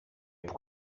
που